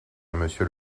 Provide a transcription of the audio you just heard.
monsieur